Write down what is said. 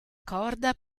corda